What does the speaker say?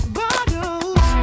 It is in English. bottles